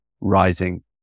rising